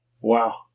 Wow